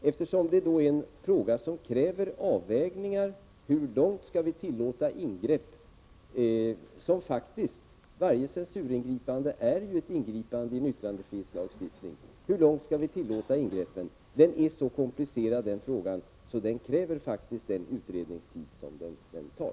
Detta är en fråga som kräver avvägningar när det gäller hur långt vi skall tillåta ingrepp — och varje censuringripande är ju ett ingripande i yttrandefrihetslagstiftningen. Den frågan är så komplicerad att den måste få ta den utredningstid den kräver.